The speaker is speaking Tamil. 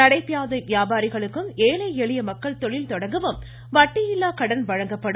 நடைபாதை வியாபாரிகளுக்கும் ஏழை எளிய மக்கள் தொழில்தொடங்கவும் வட்டியில்லா கடன் வழங்கப்படும்